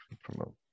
promote